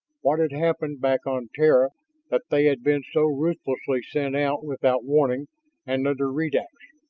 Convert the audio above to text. what had happened back on terra that they had been so ruthlessly sent out without warning and under redax?